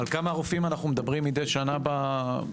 על כמה רופאים אנחנו מדברים מידי שנה בתוכנית